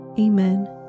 Amen